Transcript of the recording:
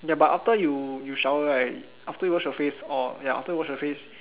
ya but after you you shower right after you wash your face or ya after you wash your face